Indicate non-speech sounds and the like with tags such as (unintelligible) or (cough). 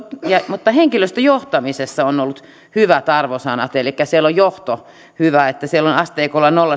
mutta henkilöstöjohtamisessa on ollut hyvät arvosanat elikkä siellä on johto hyvää siellä asteikolla nolla (unintelligible)